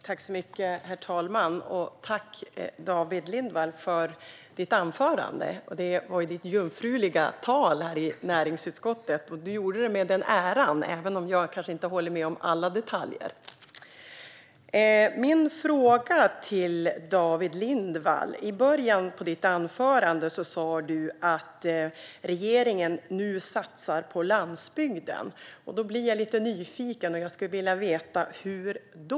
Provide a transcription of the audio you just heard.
Herr talman! Tack, David Lindvall, för ditt anförande! Det var ditt jungfruliga tal här i näringsutskottet, och du gjorde det med den äran, även om jag kanske inte håller med om alla detaljer. Jag har en fråga till David Lindvall. I början av ditt anförande sa du att regeringen nu satsar på landsbygden. Då blir jag lite nyfiken och skulle vilja veta: Hur då?